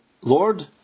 Lord